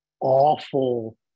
awful